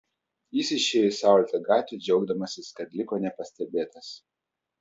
jis išėjo į saulėtą gatvę džiaugdamasis kad liko nepastebėtas